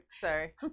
sorry